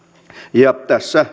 ja tässä